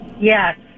Yes